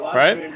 right